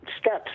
steps